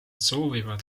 soovivad